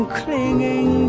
clinging